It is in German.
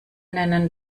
nennen